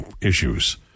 issues